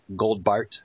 Goldbart